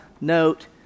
Note